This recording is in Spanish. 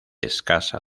escasa